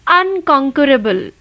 unconquerable